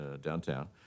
downtown